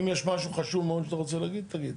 אם יש משהו חשוב מאוד שאתה רוצה להגיד, תגיד.